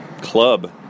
club